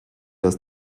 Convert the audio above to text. das